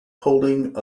holding